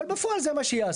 אבל בפועל זה מה שיעשו.